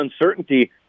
uncertainty